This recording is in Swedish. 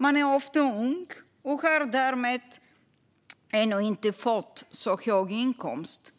Man är ofta ung och har därmed ännu inte fått så hög inkomst.